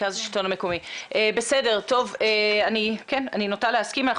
אני נוטה להסכים,